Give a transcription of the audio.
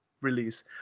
release